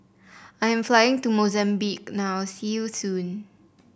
I am flying to Mozambique now see you soon